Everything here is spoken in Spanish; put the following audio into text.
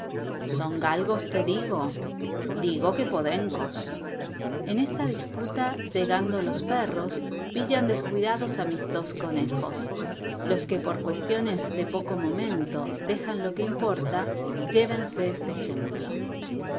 son galgos te digo digo que podencos en esta disputa llegando los perros pillan descuidados a mis dos conejos los que por cuestiones de poco momento dejan lo que importa llévense este ejemplo